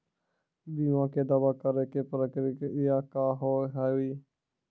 बीमा के दावा करे के प्रक्रिया का हाव हई?